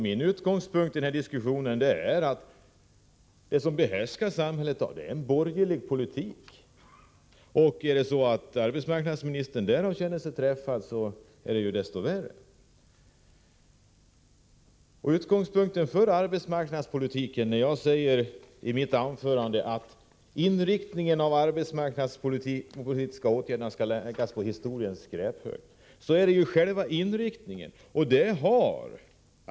Min utgångspunkt i den här diskussionen är att samhället behärskas av en borgerlig politik. Är det så att arbetsmarknadsministern känner sig träffad av det, är det desto värre. Jag sade i mitt anförande att inriktningen av de arbetsmarknadspolitiska åtgärderna kan läggas på historiens skräphög. Då gäller det själva inriktningen.